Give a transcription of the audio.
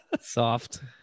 Soft